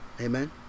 amen